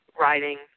writing